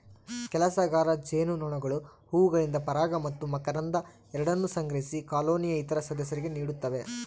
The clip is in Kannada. ಕೆಲಸಗಾರ ಜೇನುನೊಣಗಳು ಹೂವುಗಳಿಂದ ಪರಾಗ ಮತ್ತು ಮಕರಂದ ಎರಡನ್ನೂ ಸಂಗ್ರಹಿಸಿ ಕಾಲೋನಿಯ ಇತರ ಸದಸ್ಯರಿಗೆ ನೀಡುತ್ತವೆ